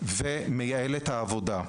ומייעל את העבודה.